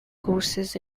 courses